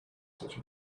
such